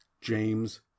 James